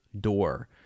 door